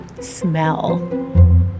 smell